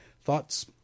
Thoughts